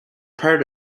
part